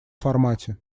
формате